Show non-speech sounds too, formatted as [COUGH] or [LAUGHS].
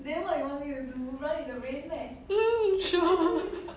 sure [LAUGHS]